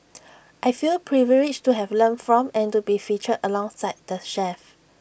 I feel privileged to have learnt from and to be featured alongside the chefs